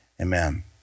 Amen